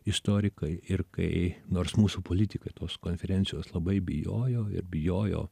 istorikai ir kai nors mūsų politikai tos konferencijos labai bijojo ir bijojo